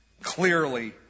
clearly